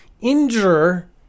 Injure